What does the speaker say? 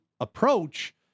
approach